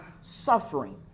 suffering